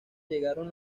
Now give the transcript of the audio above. llegaron